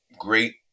great